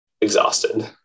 Exhausted